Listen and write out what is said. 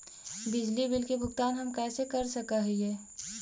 बिजली बिल के भुगतान हम कैसे कर सक हिय?